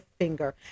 finger